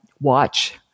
watch